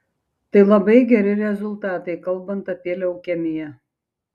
tai labai geri rezultatai kalbant apie leukemiją